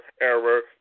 error